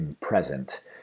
present